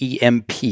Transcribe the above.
EMP